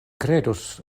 kredus